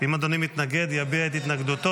אם אדוני מתנגד, יביע את התנגדותו.